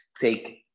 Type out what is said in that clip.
take